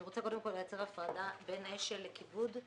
אני רוצה קודם כל לייצר הפרדה בין אש"ל לכיבוד.